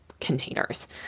containers